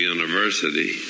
University